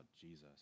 Jesus